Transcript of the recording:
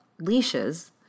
leashes